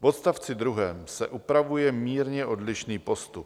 V odstavci druhém se upravuje mírně odlišný postup.